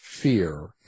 fear